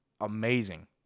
amazing